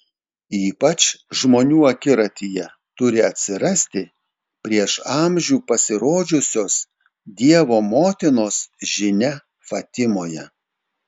ypač žmonių akiratyje turi atsirasti prieš amžių pasirodžiusios dievo motinos žinia fatimoje